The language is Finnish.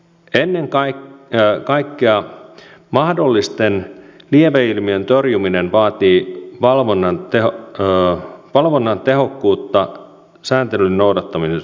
ennen kaikkea mahdollisten lieveilmiöiden torjuminen vaatii valvonnan tehokkuutta sääntelyn noudattamisen varmistamiseksi